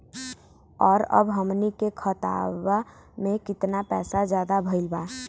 और अब हमनी के खतावा में कितना पैसा ज्यादा भईल बा?